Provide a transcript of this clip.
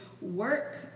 work